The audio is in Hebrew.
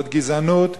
זאת גזענות,